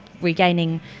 regaining